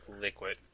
liquid